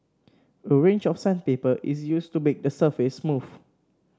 a range of sandpaper is used to make the surface smooth